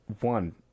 one